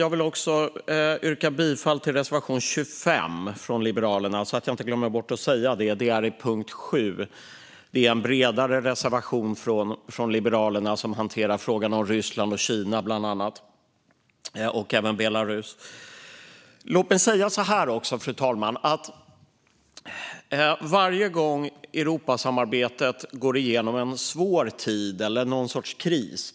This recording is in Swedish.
Jag vill också yrka bifall till Liberalernas reservation 25 under punkt 7, så jag inte glömmer bort att göra det. Det är en bredare reservation från Liberalerna som hanterar frågor om Ryssland, Kina och även Belarus. Fru talman! Europasamarbetet har gått igenom en svår tid med olika sorters kriser.